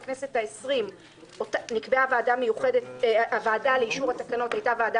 בכנסת העשרים הוועדה לאישור התקנות הייתה ועדה